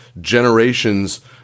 generations